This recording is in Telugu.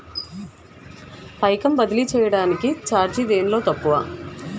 పైకం బదిలీ చెయ్యటానికి చార్జీ దేనిలో తక్కువ?